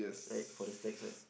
right for the stacks right